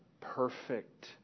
perfect